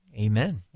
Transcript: amen